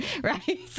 Right